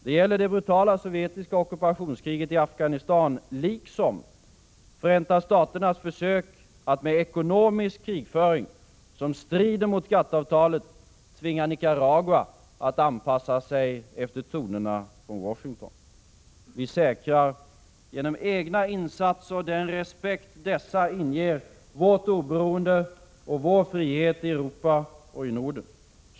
Det gäller det brutala sovjetiska ockupationskriget i Afghanistan liksom Förenta Staternas försök att med ekonomisk krigföring som strider mot GATT-avtalet tvinga Nicaragua att anpassa sig efter tonerna från Washington. Vi säkrar, genom egna insatser och den respekt dessa inger, vårt oberoende och vår frihet i Europa och i Norden.